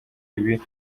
ibi